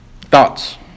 Thoughts